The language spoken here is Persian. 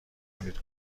کنید